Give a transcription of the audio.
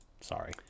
Sorry